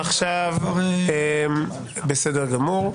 בסדר גמור.